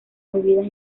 bebidas